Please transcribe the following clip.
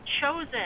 chosen